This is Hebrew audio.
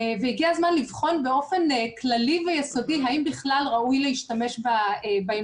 והגיע הזמן לבחון באופן כללי ויסודי האם בכלל ראוי להשתמש באמצעי הזה.